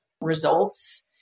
results